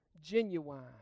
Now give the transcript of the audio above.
genuine